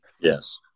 Yes